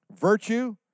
virtue